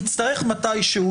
נצטרך לדון מתי שהוא